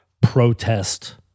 protest